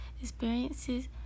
experiences